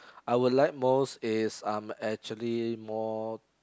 I will like most is um actually more